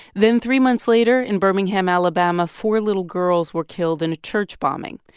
then three months later in birmingham, ala, but um ah four little girls were killed in a church bombing.